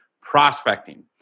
prospecting